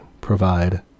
provide